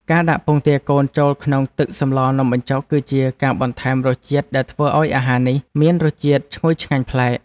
ការដាក់ពងទាកូនចូលក្នុងទឹកសម្លនំបញ្ចុកគឺជាការបន្ថែមជាតិដែលធ្វើឱ្យអាហារនេះមានរសជាតិឈ្ងុយឆ្ងាញ់ប្លែក។